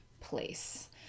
place